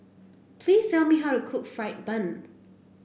please tell me how to cook fried bun